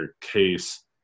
case